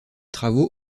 travaux